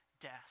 death